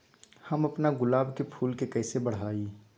हम अपना गुलाब के फूल के कईसे बढ़ाई?